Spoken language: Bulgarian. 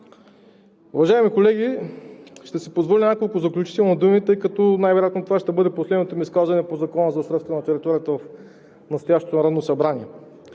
Уважаеми колеги, ще си позволя няколко заключителни думи, тъй като най-вероятно това ще бъде последното ми изказване по Закона за устройство на територията в настоящото Народно събрание.